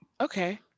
Okay